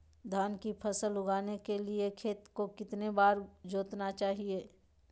धान की फसल उगाने के लिए खेत को कितने बार जोतना चाइए?